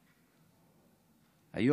עמאר,